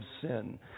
sin